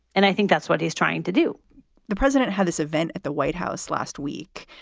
and i think that's what he's trying to do the president has this event at the white house last week.